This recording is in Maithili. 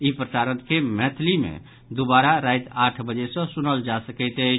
ई प्रसारण के मैथिली मे दूबारा राति आठ बजे सॅ सुनल जा सकैत अछि